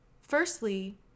Firstly